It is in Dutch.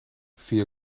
via